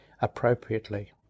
appropriately